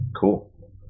Cool